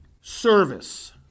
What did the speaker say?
service